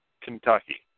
Kentucky